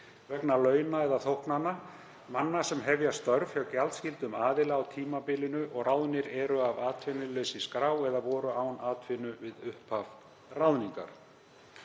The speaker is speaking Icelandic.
vegna launa eða þóknana manna sem hefja störf hjá gjaldskyldum aðila á tímabilinu og ráðnir eru af atvinnuleysisskrá eða voru án atvinnu við upphaf ráðningar.“